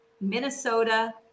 Minnesota